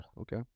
Okay